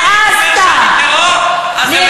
אם להגיד לך את האמת בפנים שיש להם טרור אז זה בסדר.